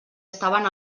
estaven